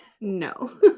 no